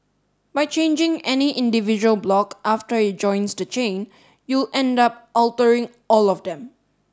by changing any individual block after it joins the chain you'll end up altering all of them